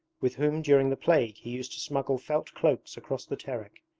with whom during the plague he used to smuggle felt cloaks across the terek.